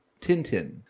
Tintin